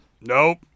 Nope